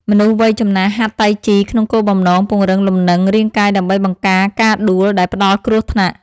មនុស្សវ័យចំណាស់ហាត់តៃជីក្នុងគោលបំណងពង្រឹងលំនឹងរាងកាយដើម្បីបង្ការការដួលដែលផ្ដល់គ្រោះថ្នាក់។